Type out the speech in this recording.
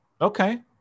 Okay